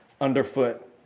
underfoot